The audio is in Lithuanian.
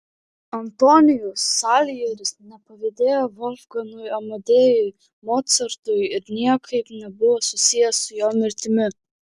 antonijus saljeris nepavydėjo volfgangui amadėjui mocartui ir niekaip nebuvo susijęs su jo mirtimi